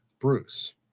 Bruce